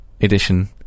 edition